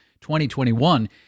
2021